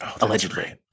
Allegedly